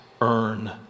earn